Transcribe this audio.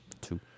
Two